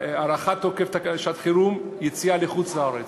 הארכת תוקף תקנות שעת-חירום (יציאה לחוץ-לארץ).